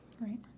right